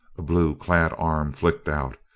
a blue clad arm flicked out.